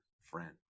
friend